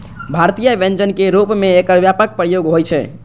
भारतीय व्यंजन के रूप मे एकर व्यापक प्रयोग होइ छै